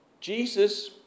Jesus